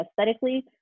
aesthetically